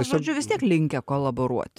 žodžiu vis tiek linkę kolaboruot